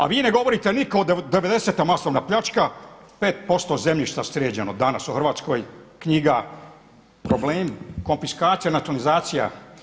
A vi ne govorite nitko od '90.-te masovna pljačka, 5% zemljišta sređeno danas u Hrvatskoj, knjiga problemi, konfiskacija, nacionalizacija.